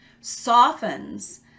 softens